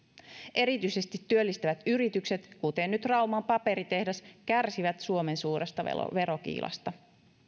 erityisesti työllistävät yritykset kuten nyt rauman paperitehdas kärsivät suomen suuresta verokiilasta